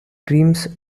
dreams